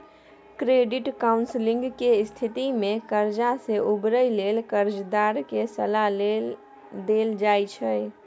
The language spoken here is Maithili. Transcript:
क्रेडिट काउंसलिंग के स्थिति में कर्जा से उबरय लेल कर्जदार के सलाह देल जाइ छइ